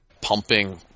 pumping